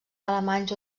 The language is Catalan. alemanys